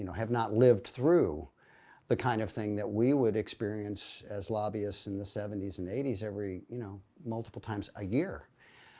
you know have not lived through the kind of thing that we would experience as lobbyists in the seventy s and eighty s, every, you know, multiple times a year.